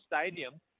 stadium